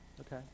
Okay